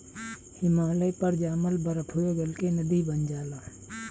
हिमालय पर जामल बरफवे गल के नदी बन जाला